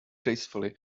gracefully